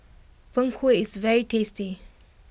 Png Kueh is very tasty